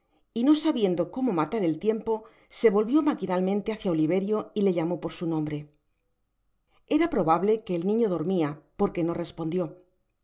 y no sabiendo como matar el tiempo se volvió maquinalmente hacia oliverio y le llamó por su nombre era probable que el niño dormia porque no respondió